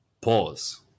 pause